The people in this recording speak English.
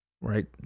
right